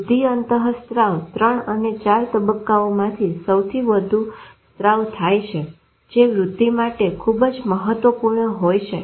વૃદ્ધિ અંત સ્ત્રાવ 3 અને 4 તબક્કાઓમાં સૌથી વધુ સ્ત્રાવ થાય છે જે વૃદ્ધિ માટે ખુબ જ મહત્વપૂર્ણ હોય છે